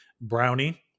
Brownie